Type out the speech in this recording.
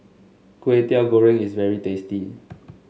Kway Teow Goreng is very tasty